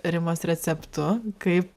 rimos receptu kaip